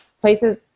places